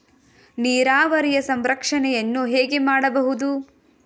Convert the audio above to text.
ನೀರಾವರಿಯ ಸಂರಕ್ಷಣೆಯನ್ನು ಹೇಗೆ ಮಾಡಬಹುದು?